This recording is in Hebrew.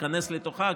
תיכנס לתוכה,